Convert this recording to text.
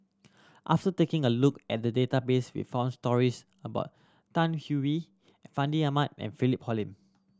after taking a look at the database we found stories about Tan Hwee Fandi Ahmad and Philip Hoalim